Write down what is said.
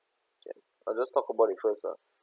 okay I'll just talk about the trends ah